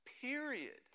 Period